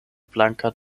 blanka